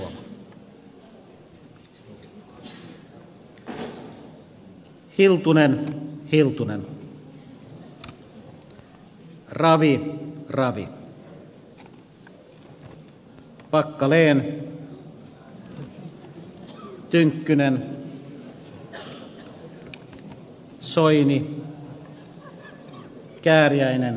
annika lapintie mikaela nylander johanna karimäki ja